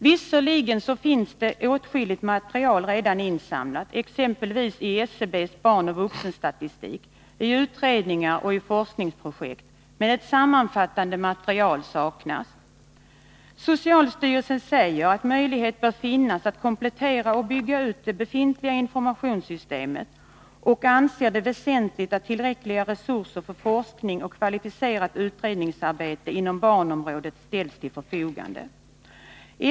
Visserligen finns åtskilligt material redan insamlat, exempelvis i SCB:s barnoch vuxenstatistik, i utredningar och i forskningsprojekt, men ett sammanfattande material saknas. Socialstyrelsen säger att möjlighet bör finnas att komplettera och bygga ut det befintliga informationssystemet och anser det väsentligt att tillräckliga resurser för forskning och kvalificerat utredningsarbete inom barnområdet ställs till förfogande.